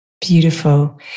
Beautiful